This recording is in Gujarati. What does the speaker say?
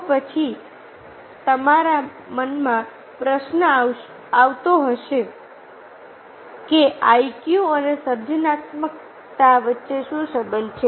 તો પછી તમારા મનમાં પ્રશ્ન અવશ્ય આવતો હશે કે IQ અને સર્જનાત્મકતા વચ્ચે શું સંબંધ છે